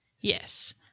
Yes